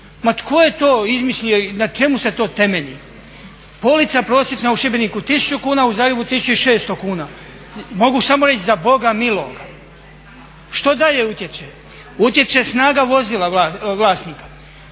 Ma tko je to izmislio i na čemu se to temelji? Polica prosječna u Šibeniku 1000 kuna, u Zagrebu 1600 kuna. Mogu samo reći za Boga miloga. Što dalje utječe? Utječe snaga vozila vlasnika.